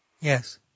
Yes